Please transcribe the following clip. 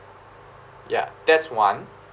ya that's one